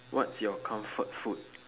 what's your comfort food